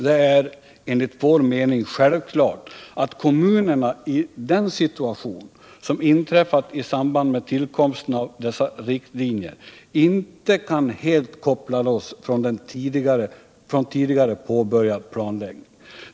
Det är enligt vår mening självklart att kommunerna i den situation som inträffat i samband med tillkomsten av dessa riktlinjer inte kan helt koppla loss från redan tidigare påbörjad planläggning.